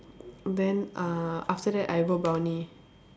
then uh after that I go brownie